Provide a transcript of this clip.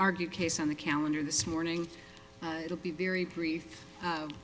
argued case on the calendar this morning it'll be very brief